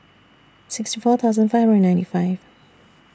sixty four thousand five hundred and ninety five